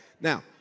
Now